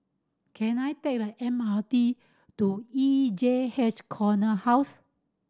can I take the M R T to E J H Corner House